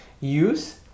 use